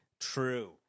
true